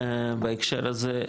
בהקשר הזה,